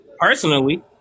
Personally